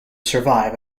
survive